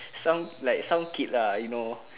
some like some kid lah you know